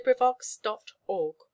LibriVox.org